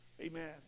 Amen